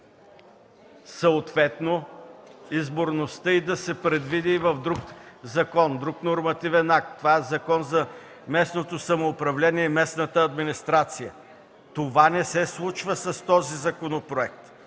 съответно изборността й да се предвиди и в друг закон, в друг нормативен акт – това е Закон за местното самоуправление и местната администрация. Това не се случва с този Законопроект